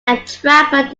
entrapment